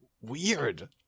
weird